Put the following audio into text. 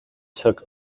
took